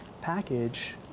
package